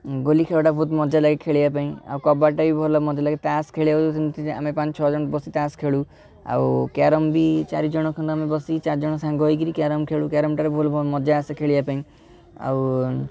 ଗୋଲି ଖେଳଟା ବହୁତ୍ ମଜା ଲାଗେ ଖେଳିବା ପାଇଁ ଆଉ କବାଡ଼ିଟା ବି ଭଲ ମଜା ଲାଗେ ତାସ୍ ଖେଳିବାକୁ ବି ସେମତି ଆମେ ପାଞ୍ଚ ଛଅ ଜଣ ବସିକି ତାସ୍ ଖେଳୁ ଆଉ କ୍ୟାରମ୍ ବି ଚାରି ଜଣ ଖଣ୍ଡେ ଆମେ ବସିକି ଆମେ ଚାରି ଜଣ ସାଙ୍ଗ ହେଇକରି କ୍ୟାରମ୍ ଖେଳୁ କ୍ୟାରମ୍ଟା ବି ବହୁତ୍ ମଜା ଆସେ ଖେଳିବା ପାଇଁ ଆଉ